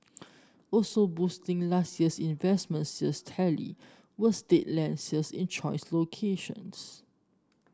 also boosting last year's investment sales tally were state land sales in choice locations